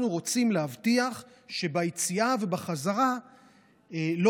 אנחנו רוצים להבטיח שביציאה ובחזרה לא